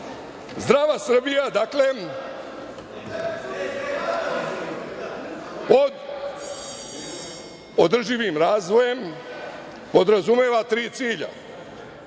„Zdrava Srbija“ održivim razvojem podrazumeva tri cilja.